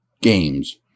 games